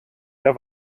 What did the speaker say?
der